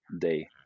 day